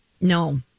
No